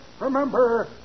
Remember